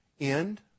end